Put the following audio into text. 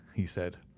he said,